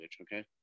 okay